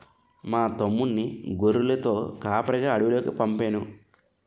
మా తమ్ముణ్ణి గొర్రెలతో కాపరిగా అడవిలోకి పంపేను